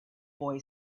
boy